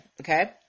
Okay